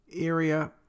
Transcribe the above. area